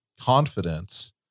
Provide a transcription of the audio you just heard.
confidence